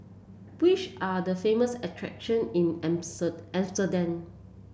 which are the famous attractions in Amsterdam